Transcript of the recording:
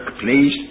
please